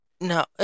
no